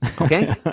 okay